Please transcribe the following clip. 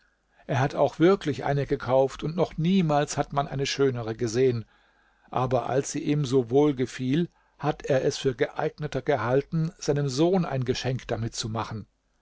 er hat auch wirklich eine gekauft und noch niemals hat man eine schönere gesehen aber als sie ihm so wohl gefiel hat er es für geeigneter gehalten seinem sohn ein geschenk damit zu machen